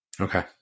Okay